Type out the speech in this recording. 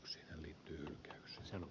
siihen liittyy hän sanoo